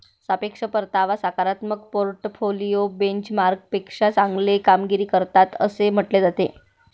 सापेक्ष परतावा सकारात्मक पोर्टफोलिओ बेंचमार्कपेक्षा चांगली कामगिरी करतात असे म्हटले जाते